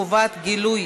חובת גילוי